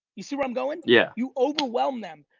you see where i'm going? yeah. you overwhelm them.